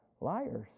Liars